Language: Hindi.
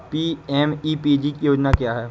पी.एम.ई.पी.जी योजना क्या है?